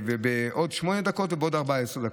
בעוד שמונה דקות ובעוד 14 דקות.